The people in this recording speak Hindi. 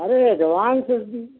अरे एडवांस दे दी